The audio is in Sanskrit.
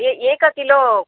ए एक किलो